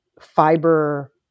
fiber